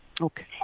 Okay